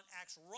Acts